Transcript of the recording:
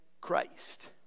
Christ